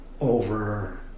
over